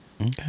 Okay